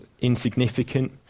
insignificant